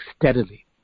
steadily